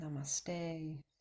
Namaste